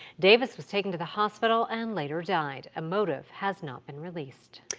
davis was taken to the hospital and later died. a motive has not been released.